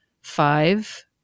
Five